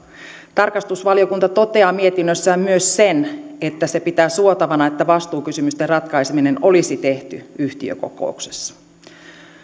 tarkastusvaliokunta toteaa mietinnössään myös sen että se pitää suotavana että vastuukysymysten ratkaiseminen olisi tehty yhtiökokouksessa